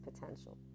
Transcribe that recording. potential